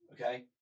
okay